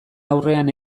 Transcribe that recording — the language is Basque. aurrean